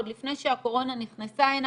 עוד לפני שהקורונה נכנסה הנה.